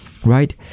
right